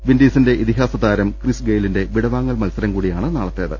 വിൻഡീസിന്റെ ഇതിഹാസ താരം ക്രിസ്ഗെയിലിന്റെ വിടവാങ്ങൽ മത്സരം കൂടിയാണ് നാളത്തേത്